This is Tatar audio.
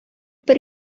бер